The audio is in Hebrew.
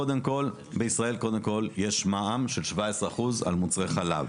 קודם כל, יש מע"מ של 17% על מוצרי חלב.